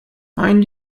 mind